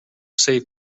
safe